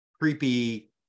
creepy